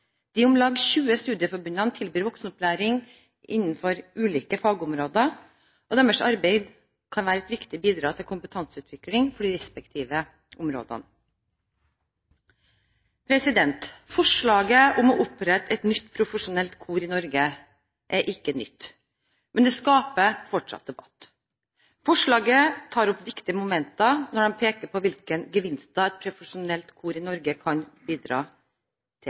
De om lag 20 studieforbundene tilbyr voksenopplæring innenfor ulike fagområder, og deres arbeid kan være et viktig bidrag til kompetanseutvikling for de respektive områdene. Forslaget om å opprette et nytt profesjonelt kor i Norge er ikke nytt, men det skaper fortsatt debatt. Forslaget tar opp viktige momenter når det pekes på hvilke gevinster et profesjonelt kor i Norge kan bidra til.